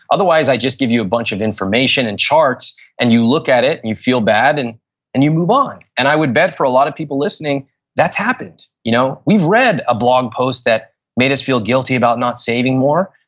otherwise i just give you a bunch of information and charts and you look at it and you feel bad and and you move on. and i would bet for a lot of people listening that's happened. you know we've read a blog post that made us feel guilty about not saving more.